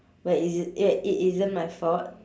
where is ya it isn't my fault